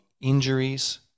injuries